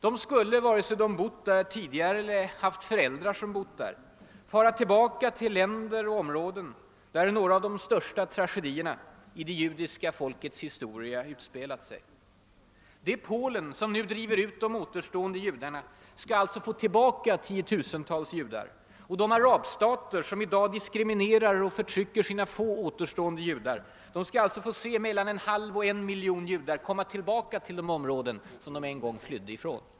De skulle, vare sig de bott där tidigare eller haft föräldrar som bott där, fara till länder och områden där några av de största tragedierna i det judiska folkets historia utspelat sig. Det Polen som nu driver ut de återstående judarna skall alltså få tillbaka tiotusentals judar. De arabstater som i dag diskriminerar och förtrycker sina få återstående judar skall alltså få se mellan en halv och en miljon judar komma tillbaka till de områden som de en gång flydde från.